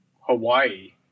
Hawaii